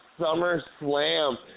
SummerSlam